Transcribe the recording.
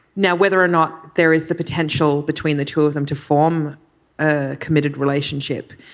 now whether or not there is the potential between the two of them to form a committed relationship